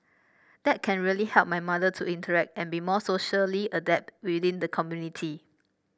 that can really help my mother to interact and be more socially adept within the community